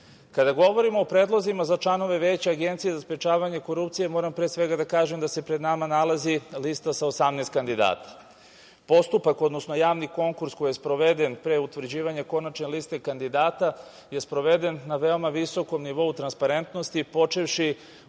govorimo o predlozima za članove Veća Agencije za sprečavanje korupcije, moram pre svega da kažem da se pred nama nalazi lista sa 18 kandidata. Postupak, odnosno javni konkurs koji je sproveden pre utvrđivanja konačne liste kandidata je sproveden na veoma visokom nivou transparentnosti počevši